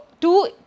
two